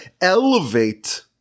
elevate